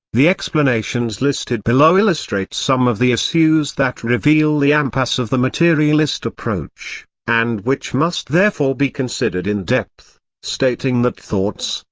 the explanations listed below illustrate some of the issues that reveal the impasse of the materialist approach, and which must therefore be considered in depth stating that thoughts,